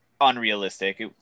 unrealistic